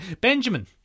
Benjamin